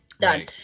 done